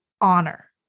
honor